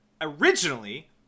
originally